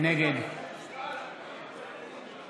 נגד